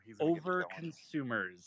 over-consumers